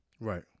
Right